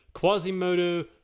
Quasimodo